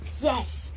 Yes